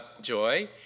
joy